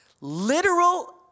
literal